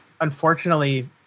unfortunately